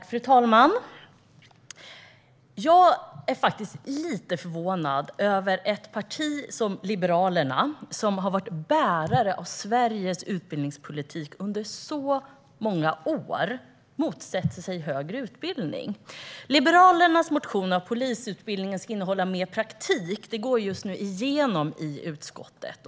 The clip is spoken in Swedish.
Fru talman! Jag är faktiskt lite förvånad över att ett parti som Liberalerna, som har varit bärare av Sveriges utbildningspolitik under många år, motsätter sig högre utbildning. Liberalernas motion om att polisutbildningen ska innehålla mer praktik går igenom i utskottet.